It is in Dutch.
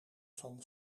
van